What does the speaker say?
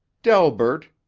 delbert,